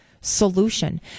solution